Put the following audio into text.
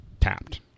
tapped